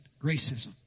racism